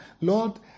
Lord